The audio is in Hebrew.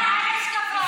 שמעת אותי מדבר לא נכון?